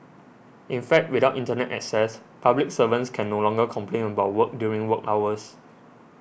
in fact without Internet access public servants can no longer complain about work during work hours